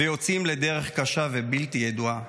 ויוצאים לדרך קשה ובלתי ידועה.